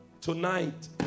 tonight